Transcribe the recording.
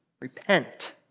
repent